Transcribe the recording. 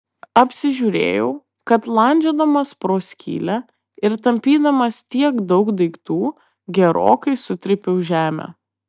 apsižiūrėjau kad landžiodamas pro skylę ir tampydamas tiek daug daiktų gerokai sutrypiau žemę